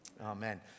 Amen